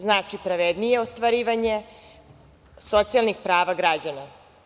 Znači, pravednije ostvarivanje socijalnih prava građana.